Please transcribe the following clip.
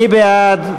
מי בעד?